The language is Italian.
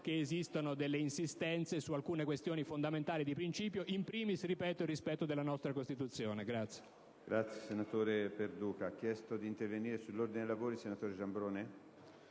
che esistono delle insistenze su alcune questioni fondamentali di principio, *in primis* il rispetto della nostra Costituzione.